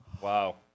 Wow